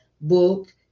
book